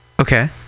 Okay